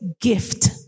gift